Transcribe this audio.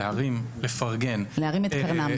להרים את קרנם.